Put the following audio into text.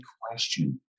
question